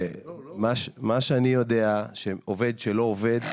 מה שאני יודע זה שעובד שלא עובד,